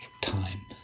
time